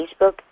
Facebook